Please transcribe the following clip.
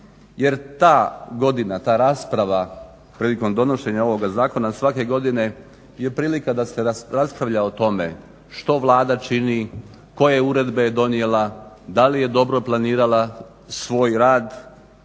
jer ta godina ta rasprava prilikom donošenja ovoga zakona svake godine je prilika da se raspravlja o tome što Vlada čini, koje je uredbe donijela, da li je dobro planirala svoj rad,